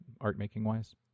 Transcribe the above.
art-making-wise